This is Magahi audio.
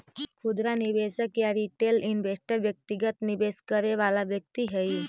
खुदरा निवेशक या रिटेल इन्वेस्टर व्यक्तिगत निवेश करे वाला व्यक्ति हइ